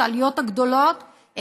העליות הגדולות,